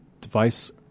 device